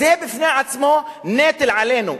זה בפני עצמו נטל עלינו.